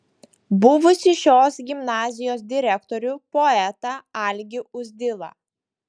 buvusį šios gimnazijos direktorių poetą algį uzdilą